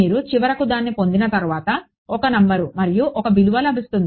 మీరు చివరకు దాన్ని పొందిన తర్వాత ఒక నంబరు మరియు ఒక విలువ లభిస్తుంది